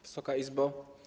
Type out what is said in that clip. Wysoka Izbo!